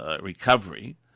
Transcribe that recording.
recovery